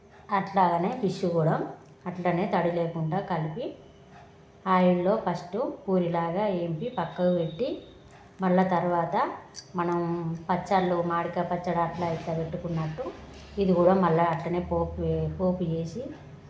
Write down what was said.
అలానే ఫిష్ కూడా అలానే తడి లేకుండా కలిపి ఆయిల్లో ఫస్ట్ పూరీలా వేపి పక్కకు పెట్టి మళ్ళీ తర్వాత మనం పచ్చళ్ళు మామిడికాయ పచ్చడి అలా ఇలా పెట్టుకున్నట్టు ఇది కూడా మళ్ళీ అలానే పోపు పోపు వేసి